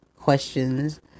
questions